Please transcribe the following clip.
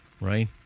Right